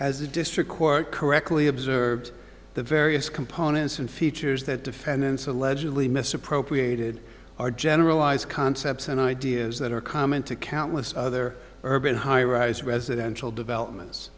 a district court correctly observed the various components and features that defendants allegedly misappropriated are generalized concepts and ideas that are common to countless other urban high rise residential developments